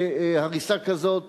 שהריסה כזאת